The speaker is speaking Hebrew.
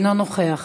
אינו נוכח,